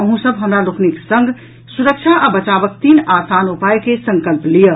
अहूँ सब हमरा लोकनिक संग सुरक्षा आ बचावक तीन आसान उपायक संकल्प लियऽ